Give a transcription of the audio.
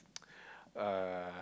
uh